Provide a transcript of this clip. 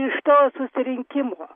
iš to susirinkimo